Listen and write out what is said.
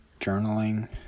journaling